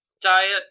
Diet